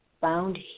found